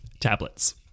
tablets